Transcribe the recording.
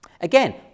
Again